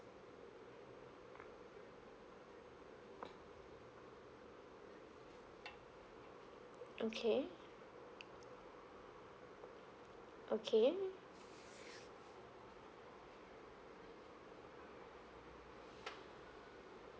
okay okay